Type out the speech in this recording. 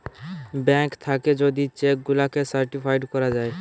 bank থাকে যদি cheque গুলাকে সার্টিফাইড করা যায়